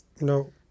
No